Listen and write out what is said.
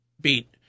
beat